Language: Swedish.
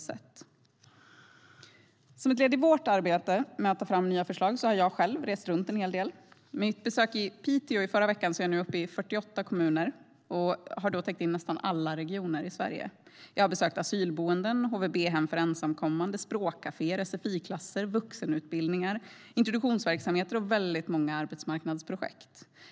Som ett led i vårt arbete med att ta fram nya förslag har jag själv rest runt en hel del. Med mitt besök i Piteå förra veckan är jag nu uppe i 48 kommuner och har då täckt in nästan alla regioner i Sverige. Jag har besökt asylboenden, HVB-hem för ensamkommande, språkkaféer, sfi-klasser, vuxenutbildningar, introduktionsverksamheter och väldigt många arbetsmarknadsprojekt.